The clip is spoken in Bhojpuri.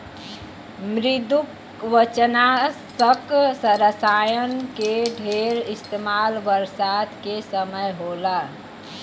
मृदुकवचनाशक रसायन के ढेर इस्तेमाल बरसात के समय होला